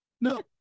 No